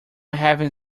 having